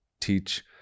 teach